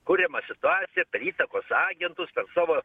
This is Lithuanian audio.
kuriama situacija per įtakos agentus per savo